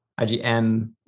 IgM